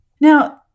Now